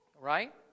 Right